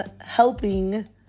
helping